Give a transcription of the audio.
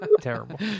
Terrible